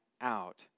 out